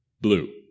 blue